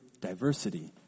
diversity